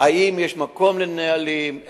האם יש מקום לנהלים,